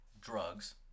drugs